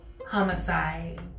Homicide